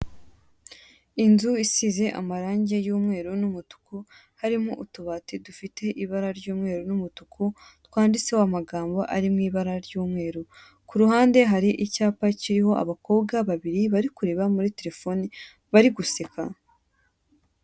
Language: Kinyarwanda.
Inzu isize amarange y'umweru n'umutuku harimo utubati dufite ibara ry'umweru n'umutuku twanditseho amagambo ari mu ibara ry'umweru, kuruhande hari icyapa kiriho abakobwa babiri bari kureba muri terefone bari guseka.